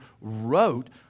wrote